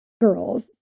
girls